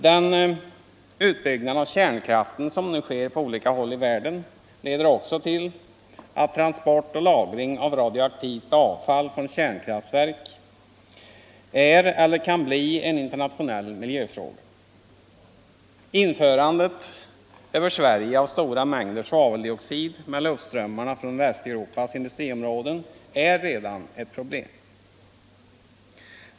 Den utbyggnad av kärnkraften som nu sker på olika håll i världen leder också till att transport och lagring av radioaktivt avfall från kärnkraftverk är eller kan bli en internationell miljöfråga. Införandet över Sverige av stora mängder svaveldioxid med luftströmmarna från Västeuropas industriområden är redan ett problem.